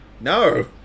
No